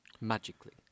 magically